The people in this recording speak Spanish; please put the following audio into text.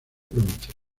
provincia